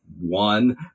one